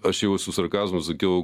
aš jau su sarkazmu sakiau